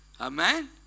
Amen